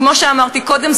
כמו שאמרתי קודם,